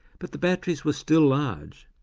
but the batteries were still large,